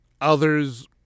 others